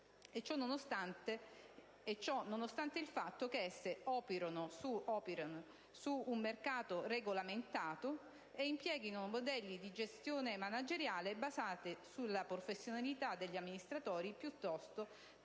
e ciò nonostante il fatto che esse operino su un mercato regolamentato e impieghino modelli di gestione manageriale basati sulla professionalità degli amministratori piuttosto che